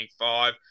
25